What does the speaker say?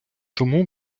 тому